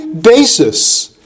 basis